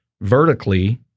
vertically